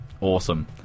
Awesome